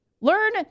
Learn